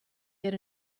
get